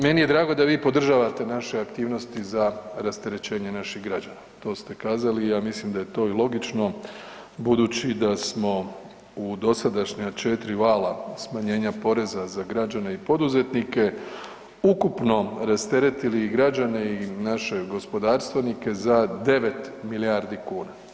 Meni je drago da vi podržavate naše aktivnosti za rasterećenje naših građana, to ste kazali i ja mislim da je to i logično budući da smo u dosadašnja četiri vala smanjena poreza za građane i poduzetnike ukupno rasteretili građane i naše gospodarstvenike za devet milijardi kuna.